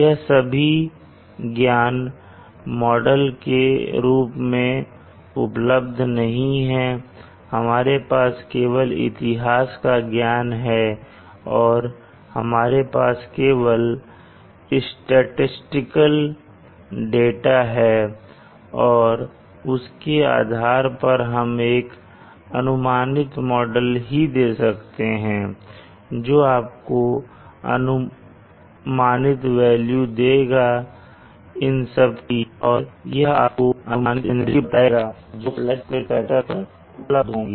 यह सभी ज्ञान मॉडल के रूप में उपलब्ध नहीं है और हमारे पास केवल इतिहास का ज्ञान है और हमारे पास केवल स्टैटिसटिकल डाटा है और उसके आधार पर हम एक अनुमानित मॉडल ही दे सकते हैं जो आपको अनुमानित वेल्यू देगा इन सब की और यह आपको अनुमानित एनर्जी बताएगा जो फ्लैट प्लेट कलेक्टर पर उपलब्ध होगी